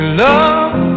love